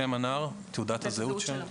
שם הנער ותעודת הזהות שלו"?